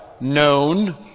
known